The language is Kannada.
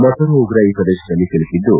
ಮತ್ತೋರ್ವ ಉಗ್ರ ಈ ಪ್ರದೇಶದಲ್ಲಿ ಸಿಲುಕಿದ್ದು